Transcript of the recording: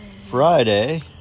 Friday